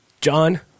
John